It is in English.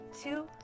two